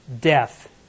death